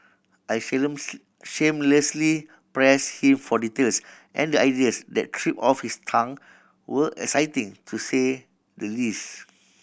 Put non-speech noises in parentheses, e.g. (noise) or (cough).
I (unintelligible) shamelessly pressed him for details and the ideas that tripped off his tongue were exciting to say the least